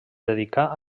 dedicà